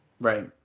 right